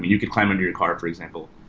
you could climb under your car, for example,